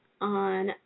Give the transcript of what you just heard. on